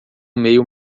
meio